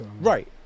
right